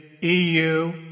EU